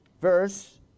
verse